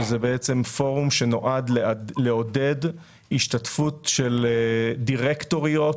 שזה בעצם פורום שנועד לעודד השתתפות של דירקטוריות,